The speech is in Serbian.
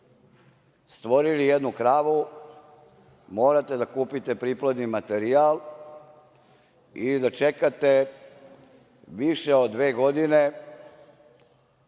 stvorili jednu kravu, morate da kupite priplodni materijal i da čekate više od dve godine